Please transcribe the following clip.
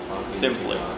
Simply